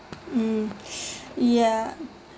mm ya